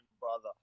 brother